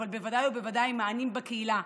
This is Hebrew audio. אבל בוודאי ובוודאי מענים בקהילה,